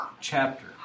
chapter